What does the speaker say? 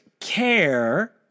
care